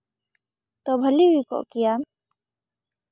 ᱛᱚ ᱵᱷᱟᱞᱤ ᱦᱩᱭ ᱠᱚᱜ ᱠᱮᱭᱟ